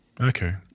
Okay